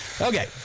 Okay